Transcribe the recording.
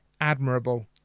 admirable